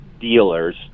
dealers